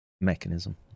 mechanism